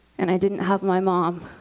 and i didn't have my mom.